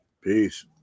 Peace